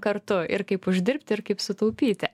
kartu ir kaip uždirbti ir kaip sutaupyti